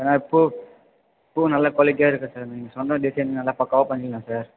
ஏனால் பூ பூ நல்ல குவாலிட்டியாக இருக்கும் சார் நீங்கள் சொன்ன டிசைன் நல்லா பக்காவாக பண்ணிடலாம் சார்